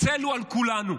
הצל הוא על כולנו.